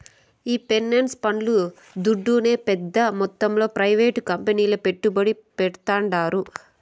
ఈ పెన్సన్ పండ్లు దుడ్డునే పెద్ద మొత్తంలో ప్రైవేట్ కంపెనీల్ల పెట్టుబడి పెడ్తాండారు